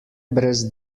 brez